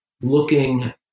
looking